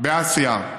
באסיה,